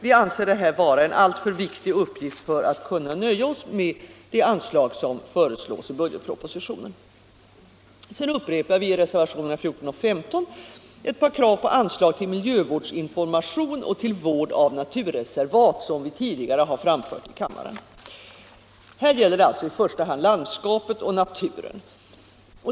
Vi anser detta vara en alltför viktig uppgift för att kunna nöja oss med de anslag som föreslås i budgetpropositionen. Vi upprepar i reservationerna 14 och 15 ett par krav på anslag till miljövårdsinformation och till vård av naturreservat som vi tidigare framfört. Det gäller här i första hand landskapet och naturen.